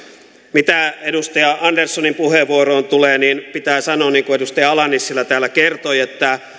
mitä edustaja anderssonin puheenvuoroon tulee niin pitää sanoa niin kuin edustaja ala nissilä täällä kertoi että